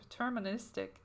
deterministic